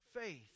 faith